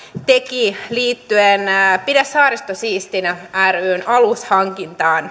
teki liittyen pidä saaristo siistinä ryn alushankintaan